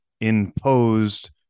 imposed